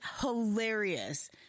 hilarious